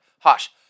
Hush